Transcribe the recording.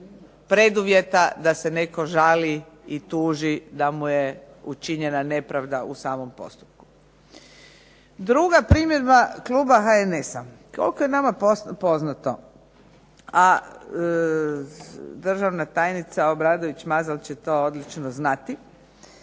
preduvjeta da se netko žali i tuži da mu je učinjena nepravda u samom postupku. Druga primjedba kluba HNS-a. Koliko je nama poznato, a državna tajnica Obradović Mazal će to odlično znati,